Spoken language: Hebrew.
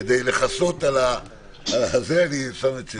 כדי לכסות על זה אני שם את שלי.